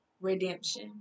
redemption